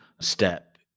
step